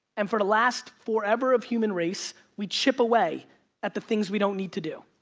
and for the last forever of human race, we chip away at the things we don't need to do.